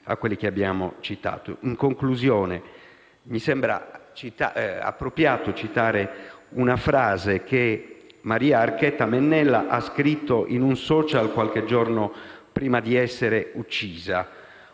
In conclusione, mi sembra appropriato citare una frase che Maria Archetta Mennella ha scritto in un *social* qualche giorno prima di essere uccisa,